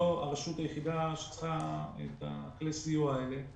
הרשות היחידה שצריכה את כלי הסיוע האלה.